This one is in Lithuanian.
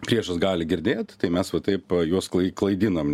priešas gali girdėt tai mes va taip juos klaidinam